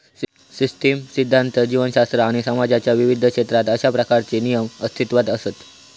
system सिध्दांत, जीवशास्त्र आणि समाजाच्या विविध क्षेत्रात अशा प्रकारचे नियम अस्तित्वात असत